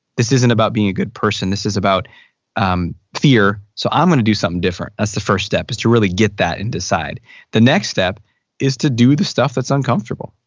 this isn't about being a good person. this is about um fear so i'm gonna do something different. that's the first step, is to really get that and decide the next step is to do the stuff that's uncomfortable.